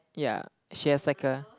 ya she has like a